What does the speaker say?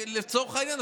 לצורך העניין,